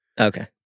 Okay